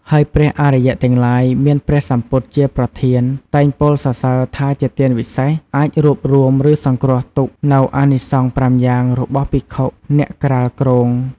ហើយព្រះអរិយទាំងឡាយមានព្រះសម្ពុទ្ធជាប្រធាន តែងពោលសរសសើរថាជាទានវិសេស អាចរួបរួម ឬសង្គ្រោះទុកនូវអានិសង្ស៥យ៉ាងរបស់ភិក្ខុអ្នកក្រាលគ្រង។